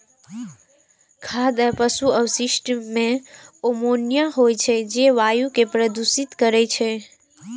खाद आ पशु अवशिष्ट मे अमोनिया होइ छै, जे वायु कें प्रदूषित करै छै